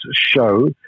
show